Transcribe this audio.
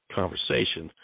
conversation